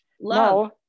Love